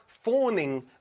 fawning